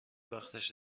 وقتش